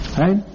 Right